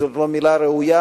זאת לא מלה ראויה,